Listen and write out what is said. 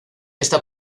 está